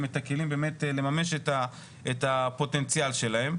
את הכלים באמת לממש את הפוטנציאל שלהם.